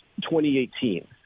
2018